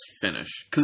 finish